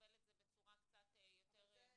לקבל את זה בצורה קצת יותר מדויקת.